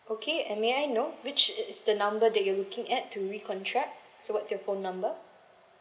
okay and may I know which is the number that you're looking at to recontract so what's your phone number